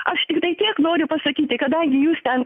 aš tiktai tiek noriu pasakyti kadangi jūs ten